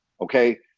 Okay